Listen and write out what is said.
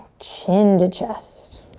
chin to chest.